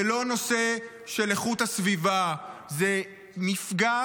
זה לא נושא של איכות הסביבה, זה מפגע